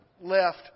left